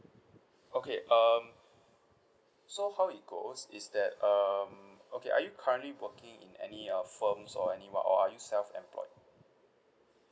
okay um so how it goes is that um okay are you currently working in any uh firms or any what or are you self employed